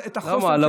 את החוסן שלנו,